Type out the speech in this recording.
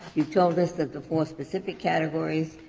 you told us that the four specific categories,